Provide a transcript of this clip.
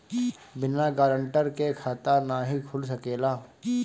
बिना गारंटर के खाता नाहीं खुल सकेला?